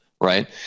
right